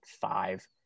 five